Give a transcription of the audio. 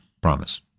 promise